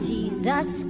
Jesus